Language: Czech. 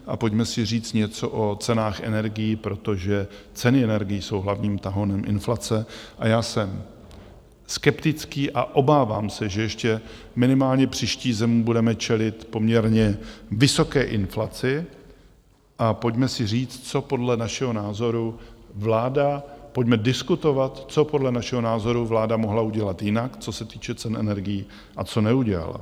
A pojďme si říct něco o cenách energií, protože ceny energií jsou hlavním tahounem inflace, a já jsem skeptický a obávám se, že ještě minimálně příští zimu budeme čelit poměrně vysoké inflaci, a pojďme si říct, co podle našeho názoru vláda, pojďme diskutovat, co podle našeho názoru vláda mohla udělat jinak, co se týče cen energií, a co neudělala.